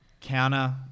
counter